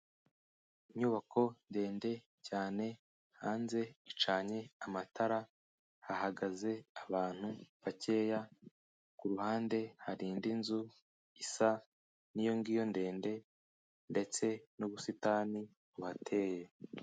Inyubako ndende cyane, hanze icanye amatara, hahagaze abantu bakeya, ku ruhande hari indi nzu isa n'iyo ngiyo ndende, ndetse n'ubusitani buhateye.